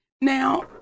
Now